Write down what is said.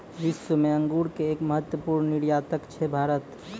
विश्व मॅ अंगूर के एक महत्वपूर्ण निर्यातक छै भारत